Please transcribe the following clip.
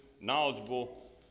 knowledgeable